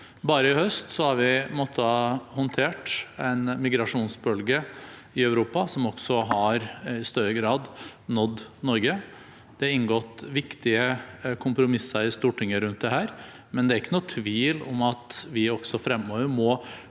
Bare i høst har vi måttet håndtere en migrasjonsbølge i Europa som også i større grad har nådd Norge. Det er inngått viktige kompromisser i Stortinget rundt dette, men det er ikke noen tvil om at vi også fremover må